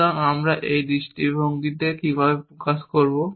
সুতরাং আমরা এই দৃষ্টিভঙ্গি কিভাবে প্রকাশ করব